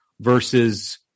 versus